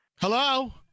Hello